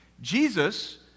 Jesus